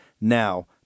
now